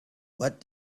what